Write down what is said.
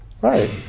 Right